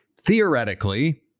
theoretically